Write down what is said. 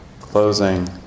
closing